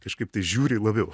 kažkaip tai žiūri labiau